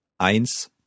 Eins